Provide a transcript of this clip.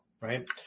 right